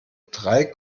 drei